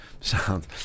Sound